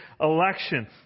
election